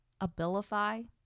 Abilify